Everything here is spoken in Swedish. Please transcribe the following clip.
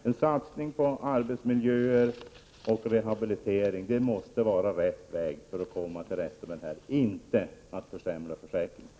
En satsning på arbetsmiljöer och rehabilitering måste vara rätt väg för att komma till rätta med detta, inte att försämra försäkringen.